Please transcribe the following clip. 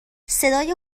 صدای